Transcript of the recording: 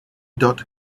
dot